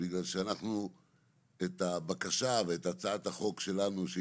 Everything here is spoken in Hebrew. את הבקשה ואת הצעת החוק שלנו לגבי הפיצויים,